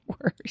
worse